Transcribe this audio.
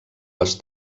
les